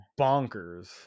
bonkers